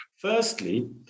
Firstly